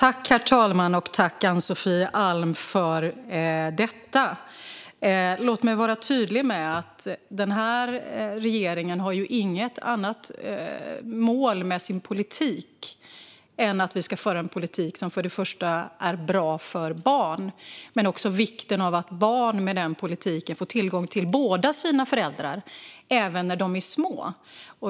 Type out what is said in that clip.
Herr talman! Tack, Ann-Sofie Alm, för frågan! Låt mig vara tydlig med att regeringen inte har något annat mål med sin politik än att vi ska föra en politik som för det första är bra för barn. För det andra handlar det om vikten av att barn genom denna politik får tillgång till båda sina föräldrar, även när de är små.